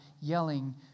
yelling